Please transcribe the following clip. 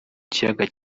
kiyaga